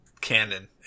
canon